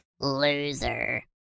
Loser